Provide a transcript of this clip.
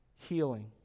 healing